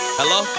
hello